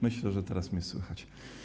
Myślę, że teraz mnie słychać.